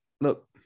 look